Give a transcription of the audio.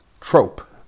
Trope